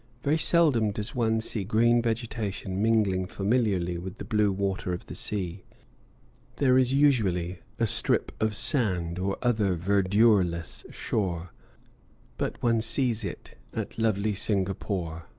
very seldom does one see green vegetation mingling familiarly with the blue water of the sea there is usually a strip of sand or other verdureless shore but one sees it at lovely singapore.